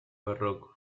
barroco